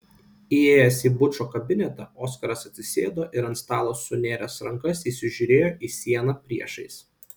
įėjęs į bučo kabinetą oskaras atsisėdo ir ant stalo sunėręs rankas įsižiūrėjo į sieną priešais